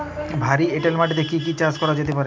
ভারী এঁটেল মাটিতে কি কি চাষ করা যেতে পারে?